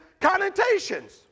connotations